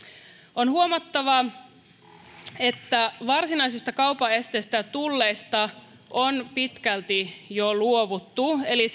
on huomattava että varsinaisista kaupan esteistä ja tulleista on pitkälti jo luovuttu eli